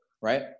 right